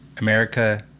America